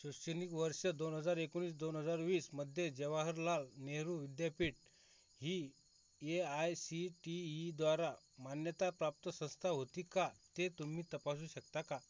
शैक्षणिक वर्ष दोन हजार एकोणीस दोन हजार वीसमध्ये जवाहरलाल नेहरू विद्यापीठ ही ए आय सी टी ईद्वारा मान्यताप्राप्त संस्था होती का ते तुम्ही तपासू शकता का